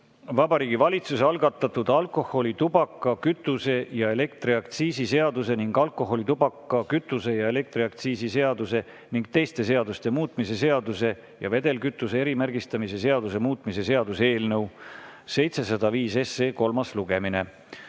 Vabariigi Valitsuse algatatud alkoholi-, tubaka-, kütuse- ja elektriaktsiisi seaduse ning alkoholi-, tubaka-, kütuse- ja elektriaktsiisi seaduse ning teiste seaduste muutmise seaduse ja vedelkütuse erimärgistamise seaduse muutmise seaduse eelnõu 705 kolmas lugemine.